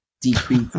decrease